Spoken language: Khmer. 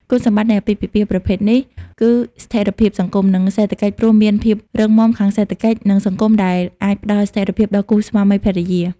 គុណសម្បត្តិនៃអាពាហ៍ពិពាហ៍ប្រភេទនេះ គឺស្ថិរភាពសង្គម និងសេដ្ឋកិច្ចព្រោះមានភាពរឹងមាំខាងសេដ្ឋកិច្ច និងសង្គមដែលអាចផ្តល់ស្ថិរភាពដល់គូស្វាមីភរិយា។